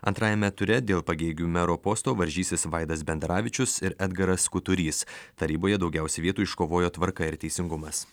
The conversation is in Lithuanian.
antrajame ture dėl pagėgių mero posto varžysis vaidas bendaravičius ir edgaras kuturys taryboje daugiausiai vietų iškovojo tvarka ir teisingumas